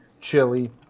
chili